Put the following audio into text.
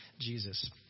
Jesus